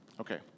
Okay